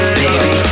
baby